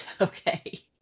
Okay